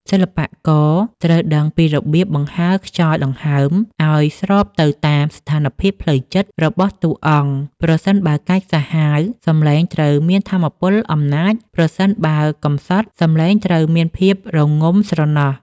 សិល្បករត្រូវដឹងពីរបៀបបង្ហើរខ្យល់ដង្ហើមឱ្យស្របទៅតាមស្ថានភាពផ្លូវចិត្តរបស់តួអង្គ ប្រសិនបើកាចសាហាវ សំឡេងត្រូវមានថាមពលអំណាច ប្រសិនបើកំសត់ សំឡេងត្រូវមានភាពរងំស្រណោះ។